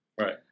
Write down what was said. Right